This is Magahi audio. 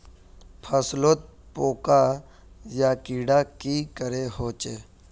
फसलोत पोका या कीड़ा की करे होचे?